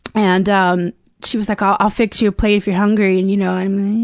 and um she was like, ah i'll fix you a plate if you're hungry. and you know